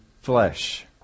flesh